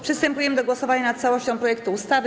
Przystępujemy do głosowania nad całością projektu ustawy.